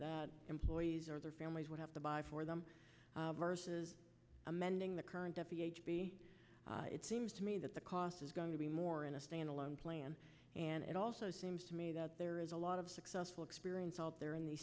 employees or their families would have to buy for them versus amending the current it seems to me that the cost is going to be more in a standalone plan and it also seems to me that there is a lot of successful experience out there in the